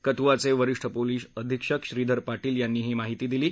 कथुआचे वरीष्ठ पोलिस अधिक्षक श्रीधर पाटील यांनी ही माहिती दिली आहे